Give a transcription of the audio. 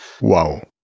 Wow